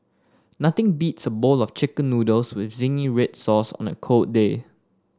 nothing beats a bowl of chicken noodles with zingy red sauce on a cold day